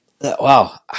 wow